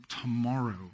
Tomorrow